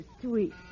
sweet